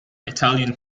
italian